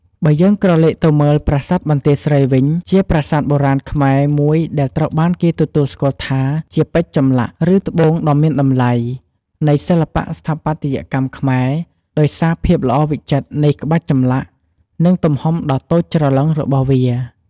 បើយើងក្រឡេកទៅមើល ប្រាសាទបន្ទាយស្រីវិញ ជាប្រាសាទបុរាណខ្មែរមួយដែលត្រូវបានគេទទួលស្គាល់ថាជា "ពេជ្រចម្លាក់" ឬ "ត្បូងដ៏មានតម្លៃ" នៃសិល្បៈស្ថាបត្យកម្មខ្មែរ ដោយសារភាពល្អវិចិត្រនៃក្បាច់ចម្លាក់ និងទំហំដ៏តូចច្រឡឹងរបស់វា។